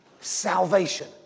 salvation